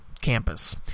campus